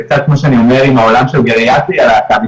זה קצת כמו שאני אומר עם העולם של גריאטריה להט"בית,